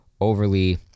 overly